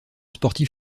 sportif